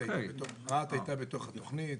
רהט הייתה בתוך התוכנית,